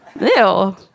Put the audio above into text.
Ew